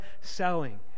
selling